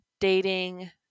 dating